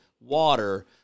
water